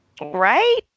Right